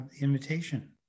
invitation